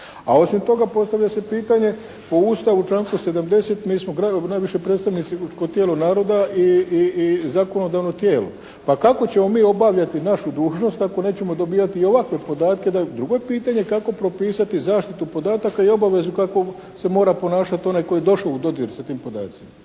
A osim toga postavlja se pitanje po Ustavu u članku 70. mi smo najviše predstavničko tijelo naroda i zakonodavno tijelo. Pa kako ćemo mi obavljati našu dužnost ako nećemo dobivati i ovakve podatke, drugo je pitanje kako propisati zaštitu podataka i obavezu kako se mora ponašati onaj koji je došao u dodir sa tim podacima.